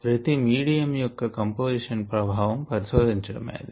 ప్రతి మీడియం యొక్క కంపొజిషన్ ప్రభావం పరిశోధించడమైనది